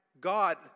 God